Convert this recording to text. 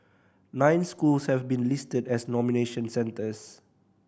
nine schools have been listed as nomination centres